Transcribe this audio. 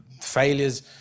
failures